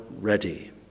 ready